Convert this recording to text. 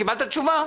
קיבלת תשובה?